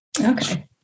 okay